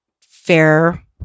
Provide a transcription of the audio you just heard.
fair